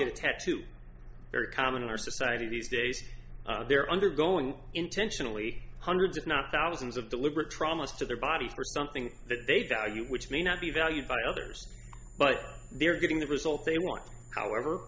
tattoo very common in our society these days they're undergoing intentionally hundreds if not thousands of deliberate traumas to their bodies for something that they value which may not be valued by others but they're getting the result they want however